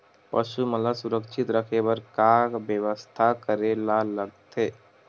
पशु मन ल सुरक्षित रखे बर का बेवस्था करेला लगथे?